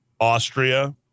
Austria